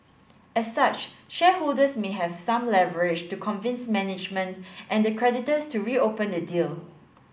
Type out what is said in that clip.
as such shareholders may have some leverage to convince management and the creditors to reopen the deal